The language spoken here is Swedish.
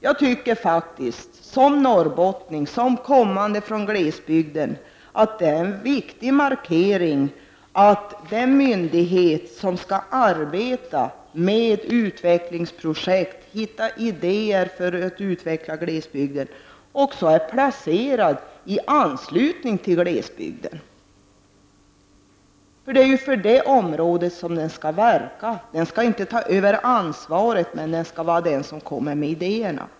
Jag tycker som norrbottning, och kommande från glesbygden, att det är en viktig markering att den myndighet som skall arbeta med utvecklingsprojekt och finna idéer för att utveckla glesbygden också är placerad i anslutning till glesbygden. Det är i detta område den skall verka. Den skall inte ta över ansvaret, men den skall komma med idéerna.